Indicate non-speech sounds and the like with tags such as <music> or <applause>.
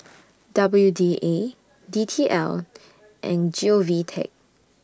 <noise> W D A D T L <noise> and Govtech